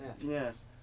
Yes